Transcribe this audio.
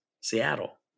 Seattle